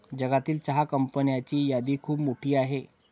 जगातील चहा कंपन्यांची यादी खूप मोठी आहे